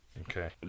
okay